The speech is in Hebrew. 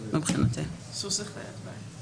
סוס זאת חיית בית.